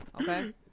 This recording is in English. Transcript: Okay